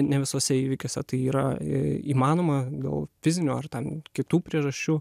ne visuose įvykiuose tai yra įmanoma dėl fizinių ar ten kitų priežasčių